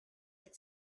had